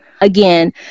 Again